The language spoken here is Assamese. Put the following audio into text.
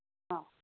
অঁ